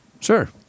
Sure